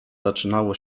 zaczynało